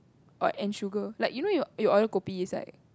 or and sugar like you know your your order kopi is like